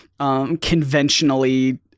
Conventionally